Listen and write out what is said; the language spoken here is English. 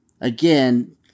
Again